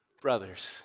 Brothers